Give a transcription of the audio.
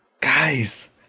Guys